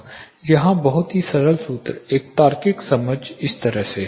यहाँ बहुत ही सरल सूत्र एक तार्किक समझ इस तरह से है